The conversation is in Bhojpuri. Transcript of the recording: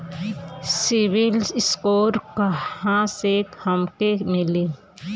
सिविल स्कोर कहाँसे हमके मिली?